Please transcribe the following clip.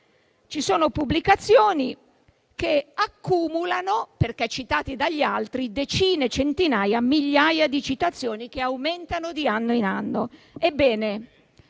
Ci sono pubblicazioni che accumulano, perché citate dagli altri, decine, centinaia, migliaia di citazioni che aumentano di anno in anno.